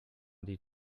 die